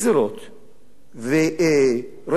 ורואים את התוצאות בסקרים,